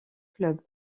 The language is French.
club